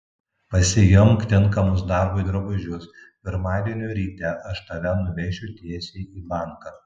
pasiimk tinkamus darbui drabužius pirmadienio ryte aš tave nuvešiu tiesiai į banką